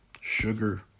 sugar